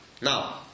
Now